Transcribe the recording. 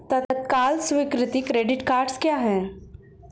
तत्काल स्वीकृति credit cards क्या हैं?